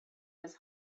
his